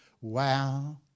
Wow